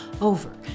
over